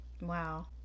Wow